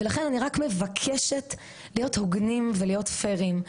לכן אני רק מבקשת להיות הוגנים ולהיות פיירים.